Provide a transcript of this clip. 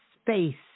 space